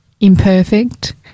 imperfect